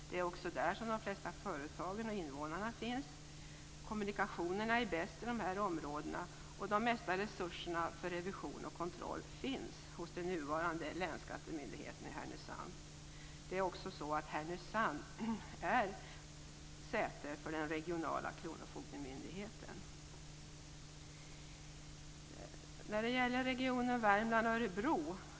Det är också där som de flesta företagen och invånarna finns. Kommunikationerna är bäst i de områdena, och mest resurser för revision och kontroll finns hos den nuvarande Länsskattemyndigheten i Härnösand. Härnösand är också säte för den regionala kronofogdemyndigheten. Det är likadant när det gäller regionen Värmland Örebro.